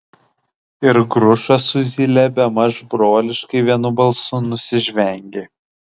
ir grušas su zyle bemaž broliškai vienu balsu nusižvengė